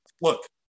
Look